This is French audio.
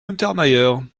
untermaier